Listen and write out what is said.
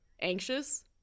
anxious